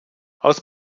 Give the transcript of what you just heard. aus